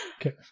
Okay